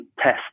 test